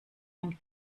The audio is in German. ein